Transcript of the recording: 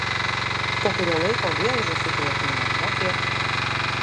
po kurio laiko vėl žąsiukai ateina mokėk